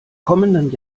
kommenden